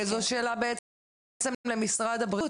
זו שאלה בעצם למשרד הבריאות,